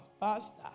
Pastor